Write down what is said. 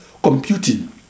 computing